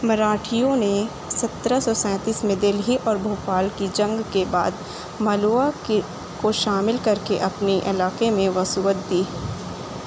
مراٹھیوں نے سترہ سو سینتیس میں دہلی پر بھوپال کی جنگ کے بعد مالوا کی کو شامل کر کے اپنے علاقے کو وسعت دی